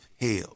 hell